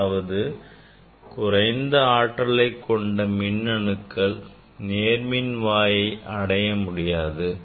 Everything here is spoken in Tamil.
அதாவது குறைந்த ஆற்றலைக் கொண்ட மின்னணுக்கள் நேர்மின் வாயை அடைய முடியாது